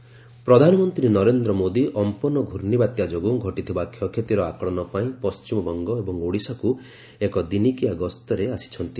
PM visit ପ୍ରଧାନମନ୍ତ୍ରୀ Narendra Modi Amphan ଘର୍ଣ୍ଣିବାତ୍ୟା ଯୋଗୁଁ ଘଟିଥିବା କ୍ଷୟକ୍ଷତିର ଆକଳନ ପାଇଁ ପଶ୍ଚିମବଙ୍ଗ ଏବଂ ଓଡ଼ିଶାକୁ ଏକ ଦିନିକିଆ ଗସ୍ତରେ ଆସିଛନ୍ତି